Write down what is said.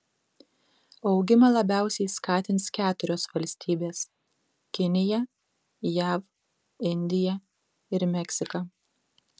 augimą labiausiai skatins keturios valstybės kinija jav indija ir meksika